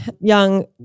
young